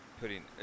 putting